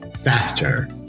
faster